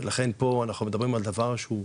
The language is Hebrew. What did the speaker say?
לכן פה אנחנו מדברים על דבר שהוא ספורט,